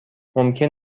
ممکن